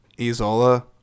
Isola